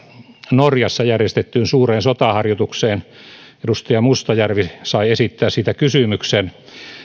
norjassa järjestettyyn suureen sotaharjoitukseen edustaja mustajärvi sai esittää siitä kysymyksen